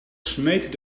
smeet